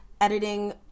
editing